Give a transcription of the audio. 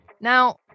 Now